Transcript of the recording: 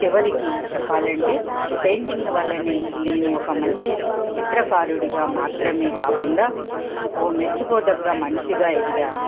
చివరికి చెప్పాలంటే పెయింటింగ్ వల్లనే నేను ఒక మంచి చిత్రకారుడిగా మాత్రమే కాకుండా ఓ మెచ్చుకోదగ్గ మనిషిగా ఎదిగాను